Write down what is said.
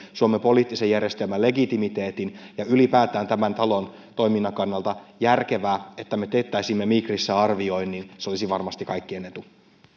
suomen poliittisen järjestelmän legitimiteetin ja ylipäätään tämän talon toiminnan kannalta järkevää että me teettäisimme migrissä arvioinnin se olisi varmasti kaikkien etu